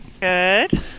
Good